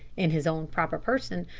in his own proper person,